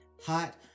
Hot